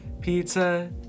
pizza